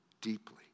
deeply